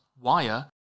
wire